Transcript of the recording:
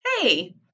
Hey